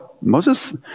Moses